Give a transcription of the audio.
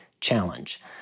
challenge